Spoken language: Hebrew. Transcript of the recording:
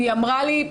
היא אמרה לי: